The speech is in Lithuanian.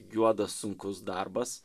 juodas sunkus darbas